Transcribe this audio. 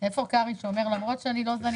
6 נגד 0 נמנעים 0